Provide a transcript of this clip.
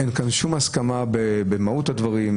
אין כאן שום הסכמה לגבי מהות הדברים.